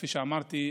כפי שאמרתי,